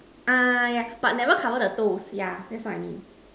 ah yeah but never cover the toes yeah that's what I mean